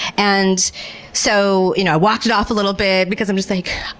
and so you know i walked it off a little bit because i'm just like,